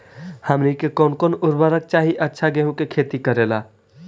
हमनी के कौन कौन उर्वरक चाही अच्छा गेंहू के खेती करेला?